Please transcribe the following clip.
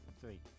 Three